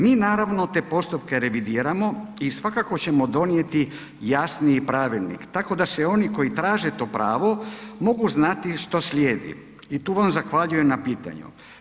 Mi naravno te postupke revidiramo i svakako ćemo donijeti jasniji pravilnik, tako da se oni koji traže to pravo mogu znati što slijedi i tu vam zahvaljujem na pitanju.